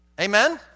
Amen